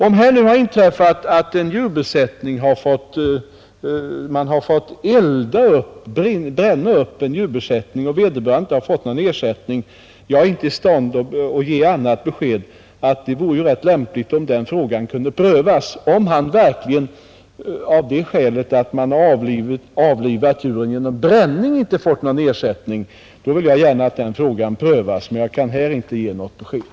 Om här nu har inträffat att man fått bränna upp en djurbesättning och vederbörande inte har fått någon ersättning, så är jag inte i stånd att ge annat besked än att det ju vore rätt lämpligt att den frågan kunde prövas. Om vederbörande verkligen av det skälet att man har avlivat djuren genom bränning inte fått någon ersättning, då vill jag gärna att den frågan prövas, men jag kan här inte ge något besked.